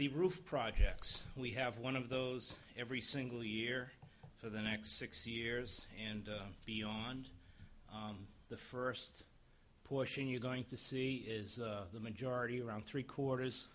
the roof projects we have one of those every single year for the next six years and beyond the first pushing you're going to see is the majority around three quarters